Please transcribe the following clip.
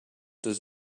does